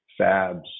fabs